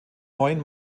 neun